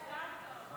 נתקבל.